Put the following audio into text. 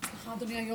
הסכם אוסלו